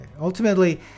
Ultimately